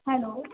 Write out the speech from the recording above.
hello